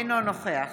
אינו נוכח